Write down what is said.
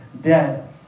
dead